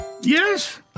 Yes